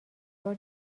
بار